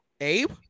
Abe